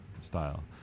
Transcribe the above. style